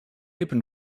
open